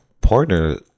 partner